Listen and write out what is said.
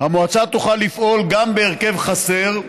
המועצה תוכל לפעול גם בהרכב חסר,